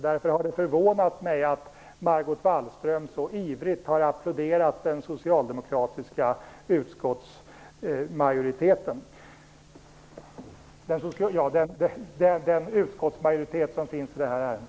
Därför har det förvånat mig att Margot Wallström så ivrigt har applåderat den utskottsmajoritet som finns i det här ärendet.